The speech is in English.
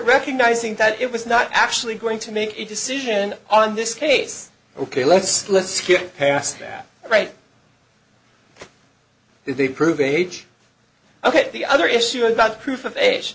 recognizing that it was not actually going to make a decision on this case ok let's let's get past that right if they prove age ok the other issue about proof of age